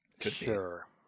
Sure